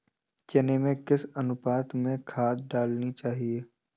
चने में किस अनुपात में खाद डालनी चाहिए?